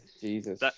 Jesus